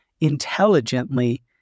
intelligently